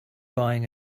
buying